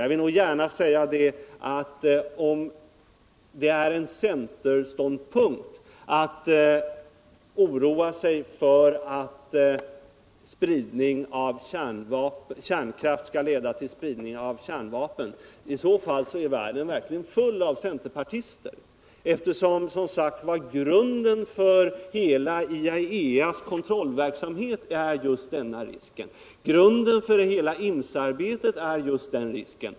Jag vill också gärna säga att om det innebär en centerståndpunkt att oroa sig för att spridning av kärnkraft skall leda till spridning av kärnvapen, då är världen verkligen full av centerpartister. Grunden för hela IAEA:s kontrollverksamhet, för hela INFCE-arbetet och för hela Londonarbetet är ju just den risken.